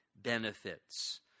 benefits